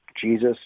Jesus